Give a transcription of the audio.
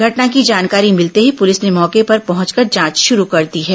घटना की जानकारी मिलते ही पुलिस ने मौके पर पहुंचकर जांच शुरू कर दी है